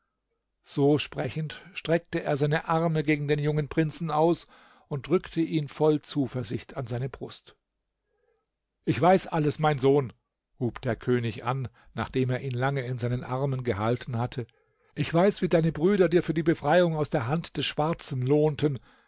so sprechend streckte er seine arme gegen den jungen prinzen aus und drückte ihn voll zuversicht an seine brust ich weiß alles mein sohn hub der könig an nachdem er ihn lange in seinen armen gehalten hatte ich weiß wie deine brüder dir für die befreiung aus der hand des schwarzen lohnten